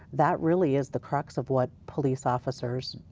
that really is the crux of what police officers,